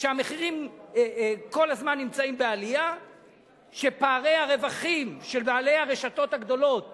שהמחירים כל הזמן נמצאים בעלייה ופערי הרווחים של בעלי הרשתות הגדולות